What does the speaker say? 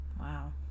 Wow